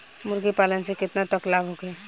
मुर्गी पालन से केतना तक लाभ होखे?